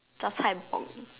just ham pork only